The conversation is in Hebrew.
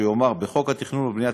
שיאמר: בחוק התכנון והבנייה,